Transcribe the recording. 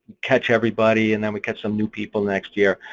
catch everybody, and then we catch some new people next year,